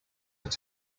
were